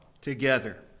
together